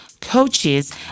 coaches